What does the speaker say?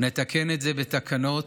נתקן את זה בתקנות,